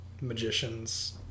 magicians